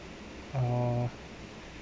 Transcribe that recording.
uh